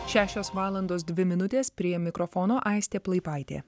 šešios valandos dvi minutės prie mikrofono aistė plaipaitė